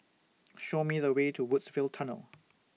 Show Me The Way to Woodsville Tunnel